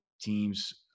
teams